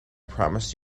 promised